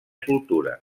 cultura